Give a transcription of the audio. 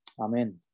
Amen